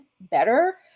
better